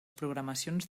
programacions